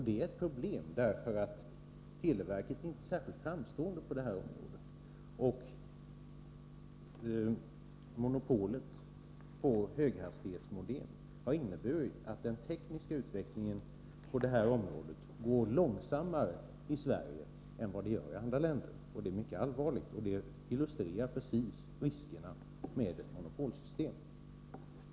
Det är ett problem, eftersom televerket inte är särskilt framstående på det området. Dess monopol på höghastighetsmodem har inneburit att den tekniska utvecklingen på det fältet går långsammare i Sverige än i andra länder, och det är mycket allvarligt. Det illustrerar precis riskerna med ett monopolsystem.